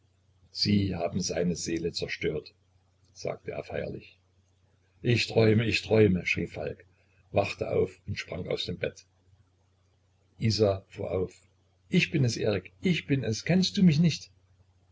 sie haben seine seele zerstört sagte er feierlich ich träume ich träume schrie falk wachte auf und sprang aus dem bett isa fuhr auf ich bin es erik ich bin es kennst du mich nicht